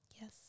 Yes